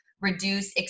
reduce